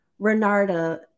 Renarda